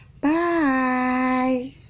bye